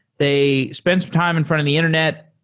they spend some time in front of the internet.